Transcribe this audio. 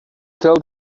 tell